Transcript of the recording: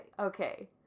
Okay